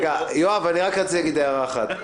יואב, רציתי להגיד רק הערה אחת.